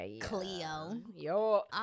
Cleo